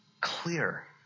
clear